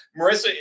Marissa